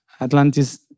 Atlantis